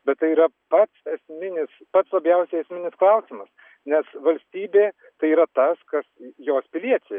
bet tai yra pats esminis pats labiausiai esminis klausimas nes valstybė tai yra tas kas jos piliečiai